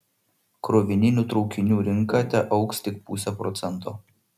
krovininių traukinių rinka teaugs tik puse procento